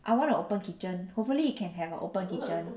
I want an open kitchen hopefully we can have an open kitchen